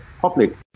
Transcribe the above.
public